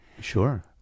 sure